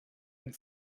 and